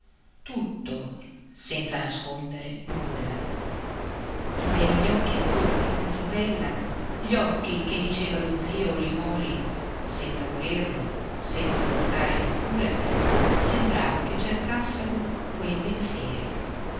tutto senza nascondere nulla i begli occhi azzurri d'isabella gli occhi che diceva lo zio limòli senza volerlo senza guardare neppure sembrava che cercassero quei pensieri